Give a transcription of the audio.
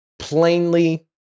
Plainly